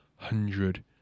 Hundred